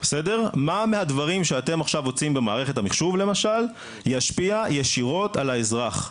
מה מהדברים שאתם עכשיו עושים במערכת המחשוב למשל ישפיע ישירות על האזרח.